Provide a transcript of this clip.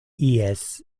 ies